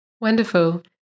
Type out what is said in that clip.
Wonderful